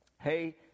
hey